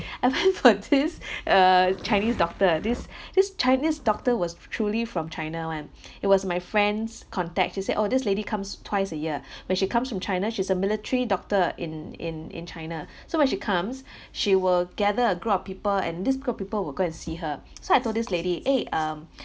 I went for this uh chinese doctor this this chinese doctor was tru~ truly from china [one] it was my friend's contact she said oh this lady comes twice a year when she comes from china she's a military doctor in in in china so when she comes she will gather a group of people and this group of people will go and see her so I told this lady eh um